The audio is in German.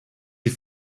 die